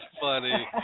funny